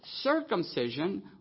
circumcision